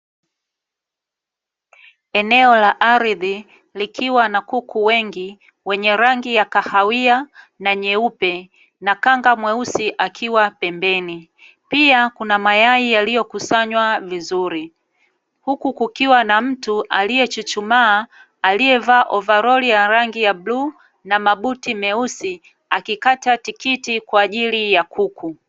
Eneo la ardhi likiwa na kuku wengi wenye rangi ya kahawia na nyeupe, na kanga mweusi akiwa pembeni; pia kuna mayai yaliyokusanywa vizuri. Huku kukiwa na mtu aliyechuchumaa, aliyevaa ovaroli ya rangi ya bluu na mabuti meusi, akikata tikiti kwa ajili ya kuku.